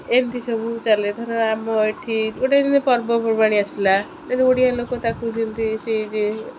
ଏମିତି ସବୁ ଚାଲେ ଧର ଆମ ଏଠି ଗୋଟେ ଯେମିତି ପର୍ବପର୍ବାଣୀ ଆସିଲା ଯେମିତି ଓଡ଼ିଆ ଲୋକ ତାକୁ ଯେମିତି ସେଇ